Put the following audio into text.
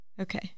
Okay